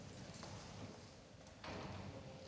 Tak.